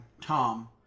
Tom